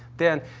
then,